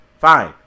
Fine